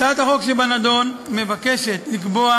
הצעת החוק שבנדון מבקשת לקבוע